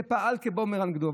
זה פעל כבומרנג נגדו.